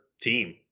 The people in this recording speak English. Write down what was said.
team